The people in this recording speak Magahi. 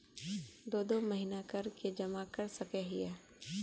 दो दो महीना कर के जमा कर सके हिये?